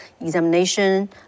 examination